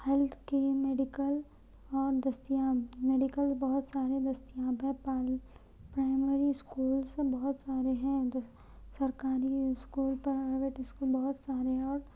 health کی medical اور دستیاب میڈیکل بہت سارے دستیاب ہیں پرائمری اسکولس بہت سارے ہیں دس سرکاری اسکول پرائیویٹ اسکول بہت سارے ہیں اور